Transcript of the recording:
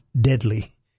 deadly